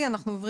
נעבור